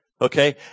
okay